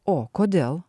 o kodėl